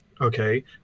okay